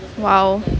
!wow!